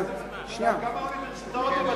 כמה בתי-חולים ואוניברסיטאות,